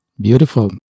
Beautiful